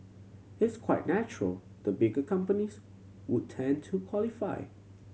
it's quite natural the bigger companies would tend to qualify